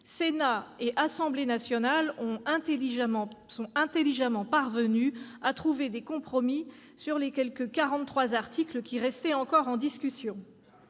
Sénat et Assemblée nationale sont intelligemment parvenus à trouver des compromis sur les quarante-trois articles qui restaient encore en discussion.